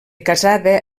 casada